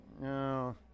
No